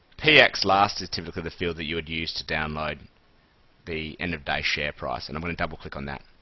px last is typically the field you would use to download the end of day share price and i'm going to double click on that.